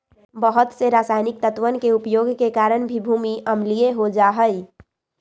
बहुत से रसायनिक तत्वन के उपयोग के कारण भी भूमि अम्लीय हो जाहई